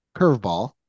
curveball